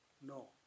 No